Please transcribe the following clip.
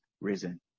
risen